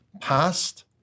past